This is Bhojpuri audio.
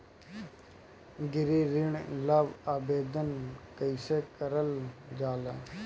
गृह ऋण ला आवेदन कईसे करल जाला?